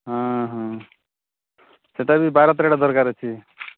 ହଁ ହଁ ସେଟା ବି ବାର ତେରଟା ଦରକାର ଅଛି